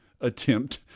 attempt